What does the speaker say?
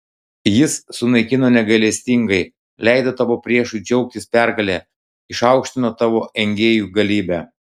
jis sunaikino negailestingai leido tavo priešui džiaugtis pergale išaukštino tavo engėjų galybę